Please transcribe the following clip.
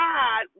God